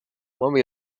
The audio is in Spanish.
moby